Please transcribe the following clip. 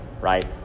right